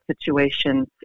situations